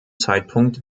zeitpunkt